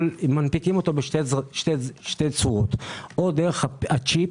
מנפיקים אותו בשתי צורות: או דרך הצ'יפ,